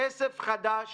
כסף חדש